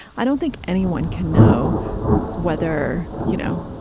i don't think anyone can know whether, you know,